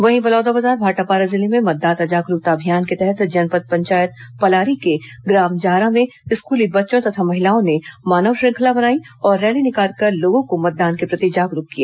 वहीं बलौदाबाजार भाटापारा जिले में मतदाता जागरूकता अभियान के तहत जनपद पंचायत पलारी के ग्राम जारा में स्कूली बच्चों तथा महिलाओं ने मानव श्रृंखला बनाई और रैली निकालकर लोगों को मतदान के प्रति जागरूक किया